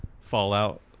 Fallout